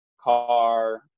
car